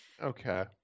Okay